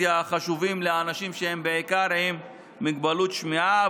הטלוויזיה החשובים לאנשים שהם בעיקר עם מוגבלות שמיעה,